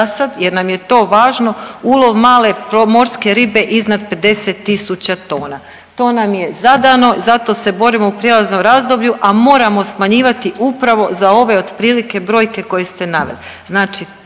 jer nam je to važno ulov male morske ribe iznad 50.000 tona. To nam je zadano, za to se borimo u prijelaznom razdoblju, a moramo smanjivati upravo za ove otprilike brojke koje ste naveli,